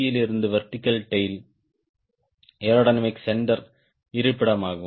யிலிருந்து vertical tail aerodynamic centre இருப்பிடமாகும்